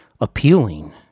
appealing